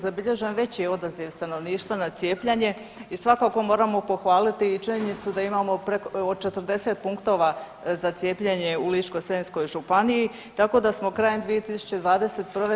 Zabilježen veći odaziv stanovništva na cijepljenje i svakako moramo pohvaliti i činjenicu da imamo od 40 punktova za cijepljenje u Ličko-senjskoj županiji, tako da smo krajem 2021.